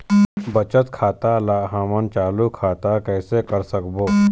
बचत खाता ला हमन चालू खाता कइसे कर सकबो?